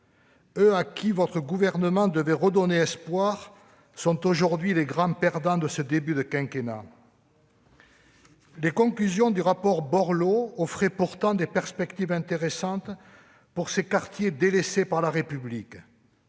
eux à qui le Gouvernement devait redonner espoir sont aujourd'hui les grands perdants de ce début de quinquennat. Les conclusions du rapport de Jean-Louis Borloo offraient pourtant des perspectives intéressantes pour ces quartiers délaissés par la République.